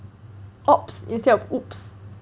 ops instead of !oops!